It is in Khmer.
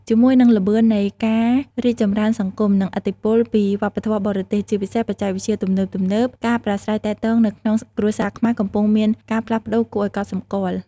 ជាមួយនឹងល្បឿននៃការរីកចម្រើនសង្គម និងឥទ្ធិពលពីវប្បធម៌បរទេស ជាពិសេសបច្ចេកវិទ្យាទំនើបៗ ការប្រាស្រ័យទាក់ទងនៅក្នុងគ្រួសារខ្មែរកំពុងមានការផ្លាស់ប្តូរគួរឲ្យកត់សម្គាល់។